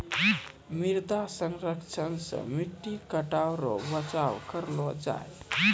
मृदा संरक्षण से मट्टी कटाव रो बचाव करलो जाय